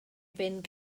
fynd